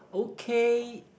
okay